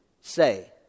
say